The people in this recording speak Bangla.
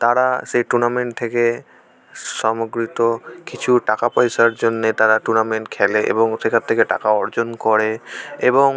তারা সেই টুর্নামেন্ট থেকে সমগ্রিত কিছু টাকা পয়সার জন্য তারা টুর্নামেন্ট খেলে এবং সেখান থেকে টাকা অর্জন করে এবং